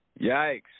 yikes